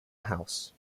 house